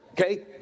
Okay